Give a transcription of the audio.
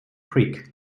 creek